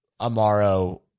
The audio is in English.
Amaro